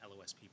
LOSP